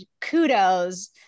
kudos